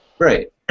Right